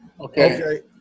Okay